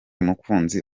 umukunzi